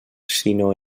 sinó